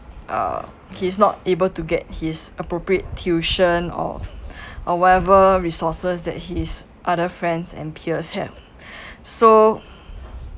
uh he's not able to get his appropriate tuition or or whatever resources that his other friends and peers have so